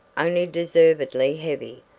only deservedly heavy.